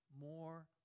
more